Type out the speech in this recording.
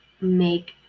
make